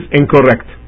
incorrect